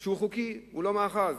שהוא חוקי והוא לא מאחז,